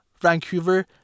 Vancouver